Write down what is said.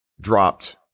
dropped